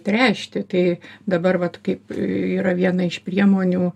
tręšti tai dabar vat kaip yra viena iš priemonių